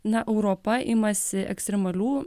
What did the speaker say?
na europa imasi ekstremalių